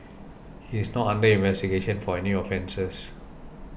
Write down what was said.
he's not under investigation for any offences